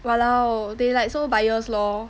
!walao! they like so biased lor